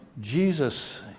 Jesus